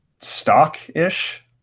stock-ish